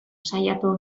saiatu